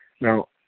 Now